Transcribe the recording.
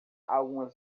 algumas